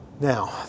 Now